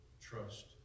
trust